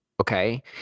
okay